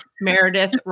Meredith